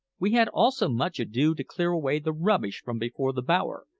we had also much ado to clear away the rubbish from before the bower,